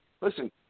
listen